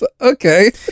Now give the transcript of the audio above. Okay